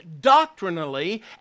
doctrinally